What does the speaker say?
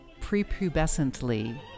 prepubescently